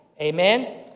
Amen